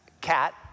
Cat